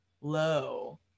low